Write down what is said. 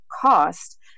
cost